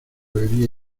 bebía